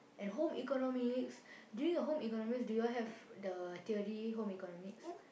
and home-economics during the home-economics do you have the theory home-economics